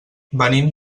venim